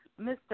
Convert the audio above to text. Mr